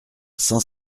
cent